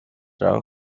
رها